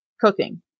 cooking